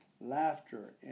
laughter